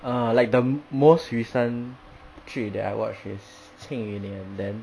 err like the most recent 剧 that I watch is 庆余年 then